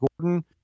Gordon